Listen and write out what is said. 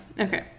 okay